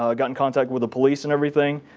ah got in contact with the police and everything,